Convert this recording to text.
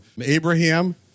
Abraham